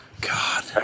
God